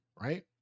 right